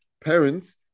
parents